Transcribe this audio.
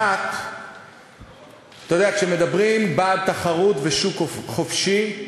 1. אתה יודע, כשמדברים בעד תחרות ושוק חופשי,